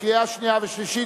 לקריאה שנייה וקריאה שלישית.